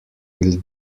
will